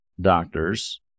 doctors